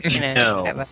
No